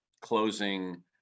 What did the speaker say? closing